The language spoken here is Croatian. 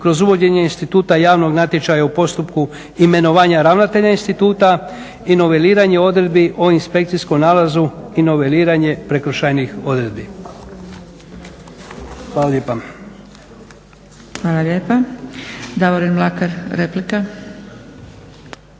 kroz uvođenje instituta javnog natječaja u postupku imenovanja ravnatelja instituta i noveliranje odredbi o inspekcijskom nalazu i noveliranje prekršajnih odredbi. Hvala lijepa. **Zgrebec, Dragica (SDP)** Hvala lijepa. Davorin Mlakar replika.